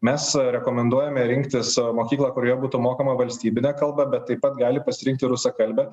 mes rekomenduojame rinktis mokyklą kurioje būtų mokoma valstybine kalba bet taip pat gali pasirinkti ir rusakalbę